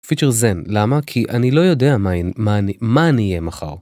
פיצ'ר זן, למה? כי אני לא יודע מה אני מה אני אהיה מחר.